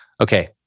Okay